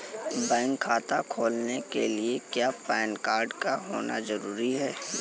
Bank खाता खोलने के लिए क्या पैन कार्ड का होना ज़रूरी है?